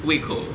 胃口